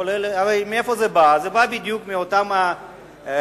הרי מאיפה זה בא, זה בא בדיוק מאותם מסים,